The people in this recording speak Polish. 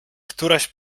któraś